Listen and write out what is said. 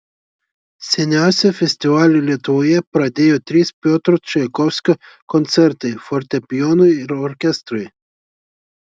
seniausią festivalį lietuvoje pradėjo trys piotro čaikovskio koncertai fortepijonui ir orkestrui